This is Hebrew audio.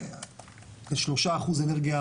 כ-3% אנרגיה